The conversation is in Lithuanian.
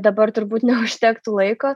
dabar turbūt neužtektų laiko